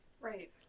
right